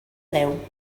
deu